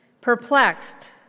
Perplexed